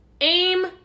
Aim